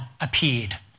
appeared